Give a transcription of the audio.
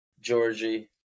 Georgie